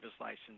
license